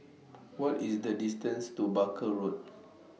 What IS The distance to Barker Road